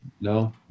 No